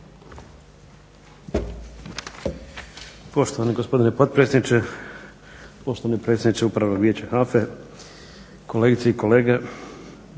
Poštovani gospodine potpredsjedniče, poštovani predsjedniče Upravnog vijeća HANFA-e, kolegice i kolege.